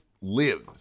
lives